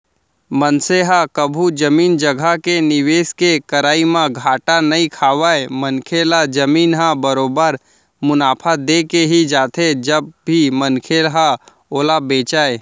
मनसे ह कभू जमीन जघा के निवेस के करई म घाटा नइ खावय मनखे ल जमीन ह बरोबर मुनाफा देके ही जाथे जब भी मनखे ह ओला बेंचय